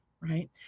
right